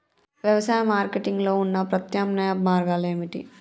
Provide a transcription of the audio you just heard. వ్యవసాయ మార్కెటింగ్ లో ఉన్న ప్రత్యామ్నాయ మార్గాలు ఏమిటి?